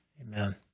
Amen